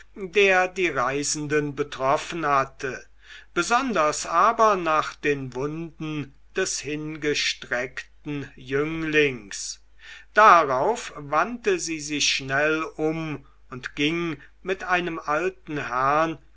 der die reisenden betroffen hatte besonders aber nach den wunden des hingestreckten jünglings darauf wandte sie sich schnell um und ging mit einem alten herrn